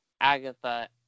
Agatha